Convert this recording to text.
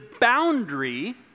boundary